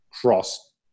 cross